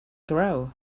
grow